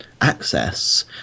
access